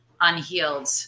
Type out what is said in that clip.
unhealed